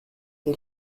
die